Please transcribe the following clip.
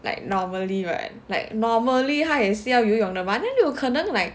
like normally right like normally 他也是要游泳的 mah 哪里有可能 like